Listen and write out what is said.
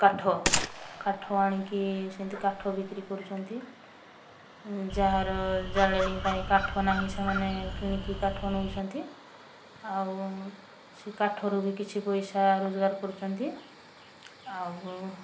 କାଠ କାଠ ଆଣିକି ସେମତି କାଠ ବିକ୍ରି କରୁଛନ୍ତି ଯାହାର ଜାଳେଣି ପାଇଁ କାଠ ନାହିଁ ସେମାନେ କିଣିକି କାଠ ନେଉଛନ୍ତି ଆଉ ସେ କାଠରୁ ବି କିଛି ପଇସା ରୋଜଗାର କରୁଛନ୍ତି ଆଉ